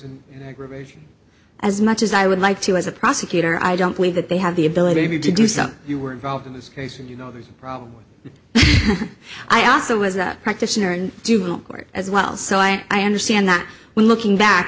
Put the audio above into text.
and aggravation as much as i would like to as a prosecutor i don't believe that they have the ability to do something you were involved in this case and you know there's a problem i also was that practitioner and dual court as well so i understand that when looking back